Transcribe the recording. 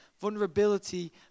Vulnerability